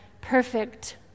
perfect